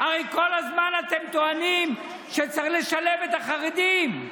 הרי כל הזמן אתם טוענים שצריך לשלב את החרדים.